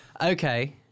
okay